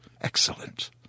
Excellent